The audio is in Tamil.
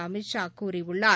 அமித்ஷா கூறியுள்ளார்